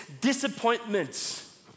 disappointments